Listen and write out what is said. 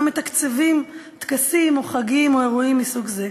מתקצבות טקסים או חגים או אירועים מסוג זה.